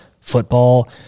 football